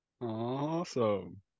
Awesome